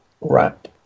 wrap